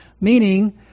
meaning